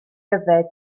yfed